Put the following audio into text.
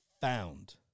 found